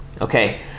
okay